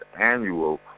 annual